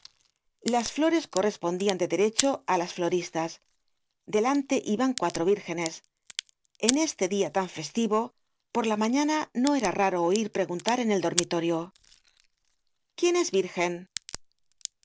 las llores correspondian de derecho á las floristas delante iban cuatro vírgenes en este dia tan festivo por la mañana no era raro oir preguntar en el dormitorio quién es virgen